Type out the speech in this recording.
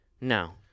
No